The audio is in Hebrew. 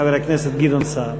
חבר הכנסת גדעון סער.